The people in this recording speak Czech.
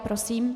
Prosím.